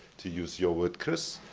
to use your word, chris,